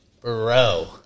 Bro